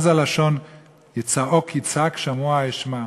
מה זה לשון "כי צעק יצעק", "כי שמע אשמע"?